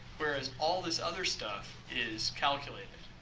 whereas all this other stuff is calculated